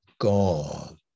God